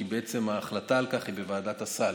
כי ההחלטה על כך היא בוועדת הסל,